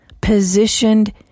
positioned